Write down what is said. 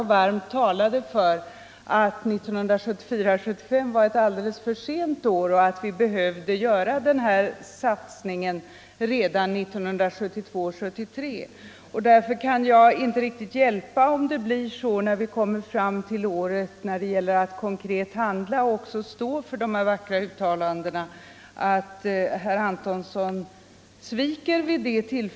Han sade då att det var alldeles för sent att uppnå enprocentsmålet 1974 73. Men när vi nu kommit fram till det tillfälle då det är dags att stå för de vackra uttalandena och handla konkret sviker herr Antonsson.